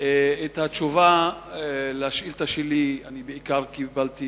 את התשובה על השאילתא שלי אני בעיקר קיבלתי